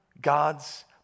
God's